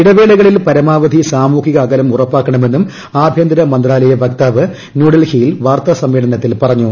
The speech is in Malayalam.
ഇടവേളകളിൽ പരമാവധിട് സാമൂഹിക അകലം ഉറപ്പാക്കണമെന്നും ആഭ്യന്തര മന്ത്രാലയ വക്താവ് ന്യൂഡൽഹിയിൽ വാർത്താ സമ്മേളനത്തിൽ പറഞ്ഞു